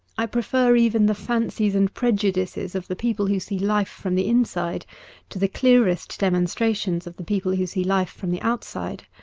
i prefer even the fancies and prejudices of the people who see life from the inside to the clearest demonstrations of the people who see life from the outside.